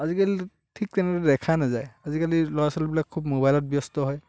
আজিকালি ঠিক তেনেদৰে দেখা নাযায় আজিকালি ল'ৰা ছোৱালীবিলাক খুব ম'বাইলত ব্য়স্ত হয়